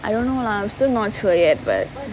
I don't know lah I'm still not sure yet but